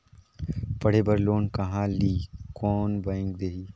पढ़े बर लोन कहा ली? कोन बैंक देही?